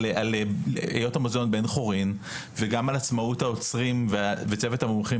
היות והמוזיאון בן חורין וגם על עצמאות האוצרים וצוות המומחים